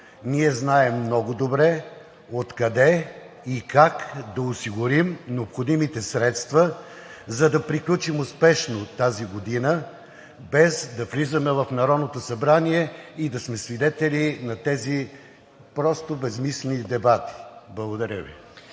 Ние знаем много добре откъде и как да осигурим необходимите средства, за да приключим успешно тази година, без да влизаме в Народното събрание и да сме свидетели на тези просто безсмислени дебати. Благодаря Ви.